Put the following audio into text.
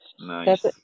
Nice